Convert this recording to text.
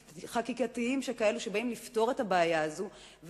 חקיקתיים כאלה שבאים לפתור את הבעיה הזאת,